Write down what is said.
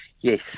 yes